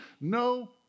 no